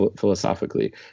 philosophically